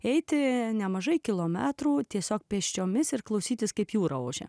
eiti nemažai kilometrų tiesiog pėsčiomis ir klausytis kaip jūra ošia